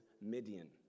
Midian